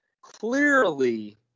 clearly